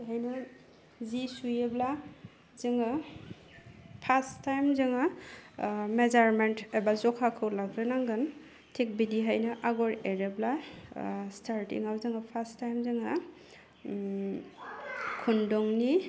बेखायनो जि सुयोब्ला जोङो फास्ट टाइम जोङो मेजारमेन्ट एबा जखाखौ लाग्रोनांगोन थिग बिदिहायनो आगर एरोब्ला स्टारथिङाव जोङो फार्स्ट टाइम जोङो ओम खुन्दुंनि